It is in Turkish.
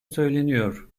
söyleniyor